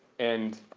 and